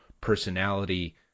personality